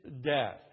death